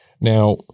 Now